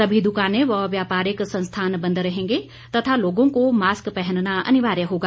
सभी दुकानें व व्यापारिक संस्थान बंद रहेंगे तथा लोगों को मास्क पहनना अनिवार्य होगा